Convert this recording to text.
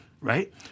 Right